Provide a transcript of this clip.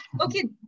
Okay